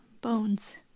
bones